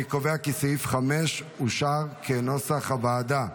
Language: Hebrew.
אני קובע כי סעיף 5, כנוסח הוועדה,